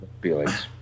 feelings